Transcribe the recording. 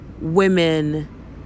women